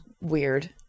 weird